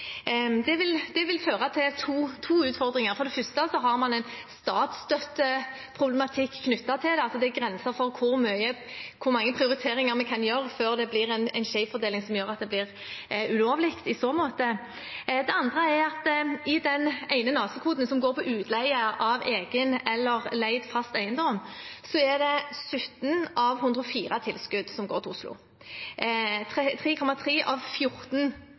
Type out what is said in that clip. Det vil føre til to utfordringer. For det første har man en statsstøtteproblematikk knyttet til at det er grenser for hvor mange prioriteringer vi kan gjøre før det blir en skjevfordeling som gjør at det blir ulovlig i så måte. Det andre er at i den ene NACE-koden som går på utleie av egen eller leid fast eiendom, går 17 av 104 tilskudd til Oslo, 3,3 av